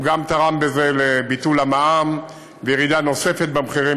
הוא גם תרם בזה לביטול המע"מ ולירידה נוספת במחירים,